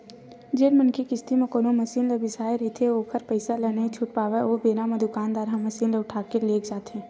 जेन मनखे किस्ती म कोनो मसीन ल बिसाय रहिथे अउ ओखर पइसा ल नइ छूट पावय ओ बेरा म दुकानदार ह मसीन ल उठाके लेग जाथे